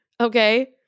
Okay